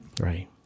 Right